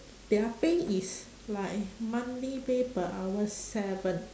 their pay is like monthly pay per hour seven